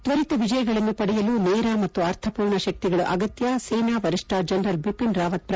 ತ್ವರಿತ ವಿಜಯಗಳನ್ನು ಪಡೆಯಲು ನೇರ ಮತ್ತು ಅರ್ಥಮೂರ್ಣ ಶಕ್ತಿಗಳ ಅಗತ್ಯ ಸೇನಾ ವರಿಷ್ಠ ಜನರಲ್ ಬಿಪಿನ್ ರಾವತ್ ಪ್ರತಿಪಾದನೆ